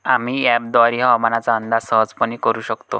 आम्ही अँपपद्वारे हवामानाचा अंदाज सहजपणे करू शकतो